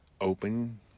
Open